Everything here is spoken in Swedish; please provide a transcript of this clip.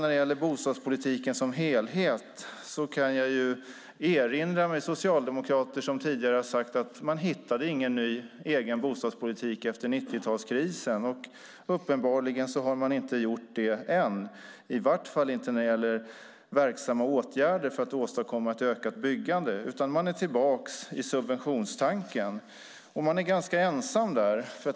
När det gäller bostadspolitiken som helhet kan jag erinra mig socialdemokrater som tidigare sagt att man inte hittade en ny egen bostadspolitik efter 90-talskrisen. Uppenbarligen har man inte gjort det än, i vart fall inte när det gäller verksamma åtgärder för att åstadkomma ett ökat byggande, utan man är tillbaka i subventionstanken. Man är ganska ensam där.